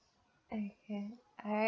okay alright